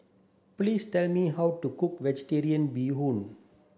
please tell me how to cook vegetarian bee hoon